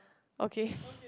okay